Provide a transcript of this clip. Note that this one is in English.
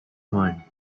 time